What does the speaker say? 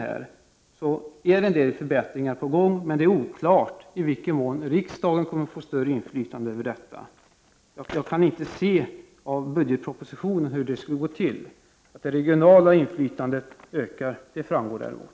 Det är en del förbättringar på gång, men det är oklart i vilken mån riksdagen kommer att få ett större inflytande över upphandlingen. Jag kan inte av budgetpropositionen utläsa hur detta skulle gå till. Att det regionala inflytandet ökar framgår däremot.